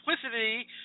simplicity